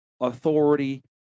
authority